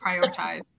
prioritize